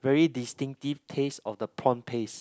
very distinctive taste of the prawn paste